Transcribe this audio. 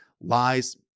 lies